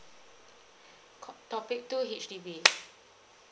call topic two H_D_B